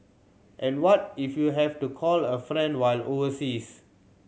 and what if you have to call a friend while overseas